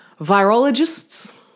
Virologists